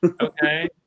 okay